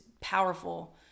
powerful